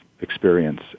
experience